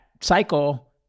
cycle